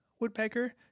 woodpecker